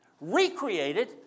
Recreated